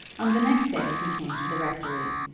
on the next day he came to the rectory,